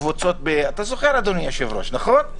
אתה זוכר אדוני היושב ראש, נכון?